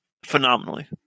Phenomenally